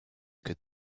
could